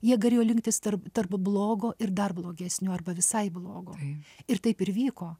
jie galėjo rinktis tarp tarp blogo ir dar blogesnio arba visai blogo ir taip ir vyko